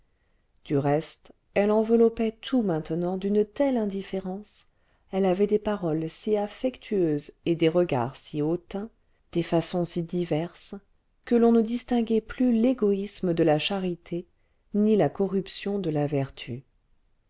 du reste elle enveloppait tout maintenant d'une telle indifférence elle avait des paroles si affectueuses et des regards si hautains des façons si diverses que l'on ne distinguait plus l'égoïsme de la charité ni la corruption de la vertu